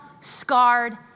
scarred